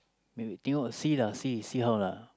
maybe tengok see lah see see how lah